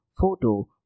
photo